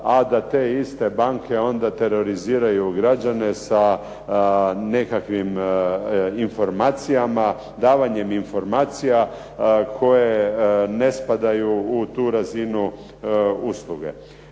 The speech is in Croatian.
a da te iste banke onda teroriziraju građane sa nekakvim informacijama, davanjem informacija koje ne spadaju u tu razinu usluge.